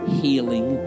healing